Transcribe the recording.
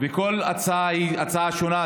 וכל הצעה היא שונה.